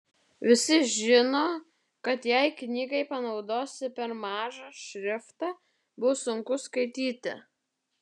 visi žino kad jei knygai panaudosi per mažą šriftą bus sunku skaityti